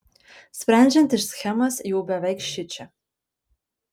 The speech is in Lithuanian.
sprendžiant iš schemos jau beveik šičia